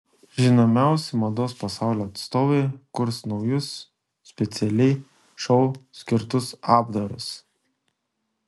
žinomiausi mados pasaulio atstovai kurs naujus specialiai šou skirtus apdarus